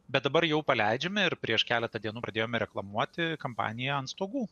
bet dabar jau paleidžiame ir prieš keletą dienų pradėjome reklamuoti kampaniją ant stogų